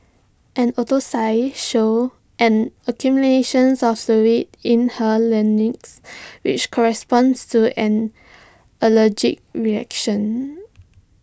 an autopsy showed an accumulation of fluid in her larynx which corresponds to an allergic reaction